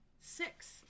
six